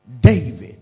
David